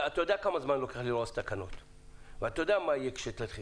אתה יודע כמה זמן לוקח להכין תקנות ואתה יודע מה יהיה כשתתחיל.